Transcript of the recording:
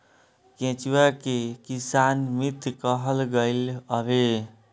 केचुआ के किसान मित्र कहल गईल हवे